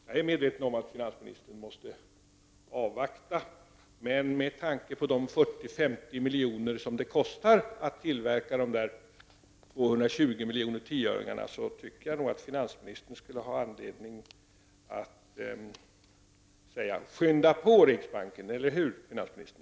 Jag är medveten om att finansministern måste avvakta, men med tanke på de 40—50 miljoner som det kostar att tillverka dessa 220 miljoner tioöringar tycker jag att finansministern skulle ha anledning att säga: Skynda på, riksbanken! Eller hur, finansministern?